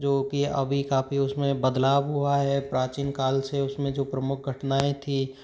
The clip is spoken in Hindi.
जो कि अभी काफ़ी उसमें बदलाव हुआ है प्राचीन काल से उसमें जो प्रमुख घटनाएं थी